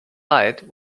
light